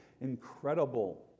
incredible